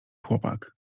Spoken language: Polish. chłopak